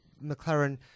McLaren